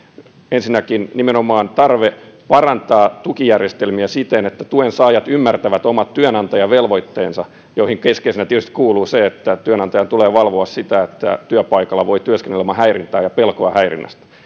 ensinnäkin nimenomaan tarve parantaa tukijärjestelmiä siten että tuen saajat ymmärtävät omat työnantajavelvoitteensa joihin keskeisenä tietysti kuuluu se että työnantajan tulee valvoa sitä että työpaikalla voi työskennellä ilman häirintää ja pelkoa häirinnästä